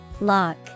Lock